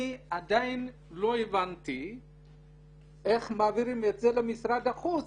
אני עדיין לא הבנתי איך מעבירים את זה למשרד החוץ